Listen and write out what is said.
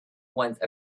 once